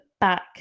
back